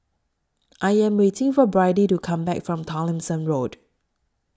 I Am waiting For Byrdie to Come Back from Tomlinson Road